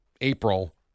April